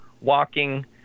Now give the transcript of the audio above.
walking